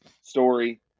story